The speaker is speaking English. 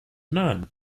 non